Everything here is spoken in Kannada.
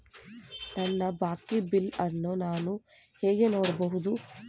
ನನ್ನ ಬಾಕಿ ಬಿಲ್ ಅನ್ನು ನಾನು ಹೇಗೆ ನೋಡಬಹುದು?